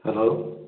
hello